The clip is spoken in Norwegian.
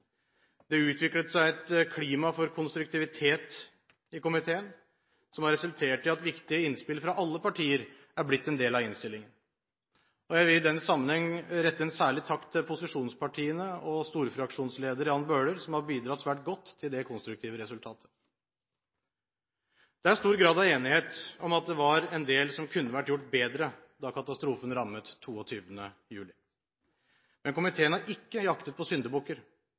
Det utviklet seg et klima for konstruktivitet i komiteen, som har resultert i at viktige innspill fra alle partier er blitt en del av innstillingen. Jeg vil i den sammenheng rette en særlig takk til posisjonspartiene og storfraksjonsleder Jan Bøhler som har bidratt svært godt til det konstruktive resultatet. Det er stor grad av enighet om at det var en del som kunne vært gjort bedre da katastrofen rammet 22. juli. Komiteen har ikke jaktet på